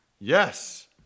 Yes